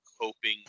hoping